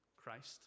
Christ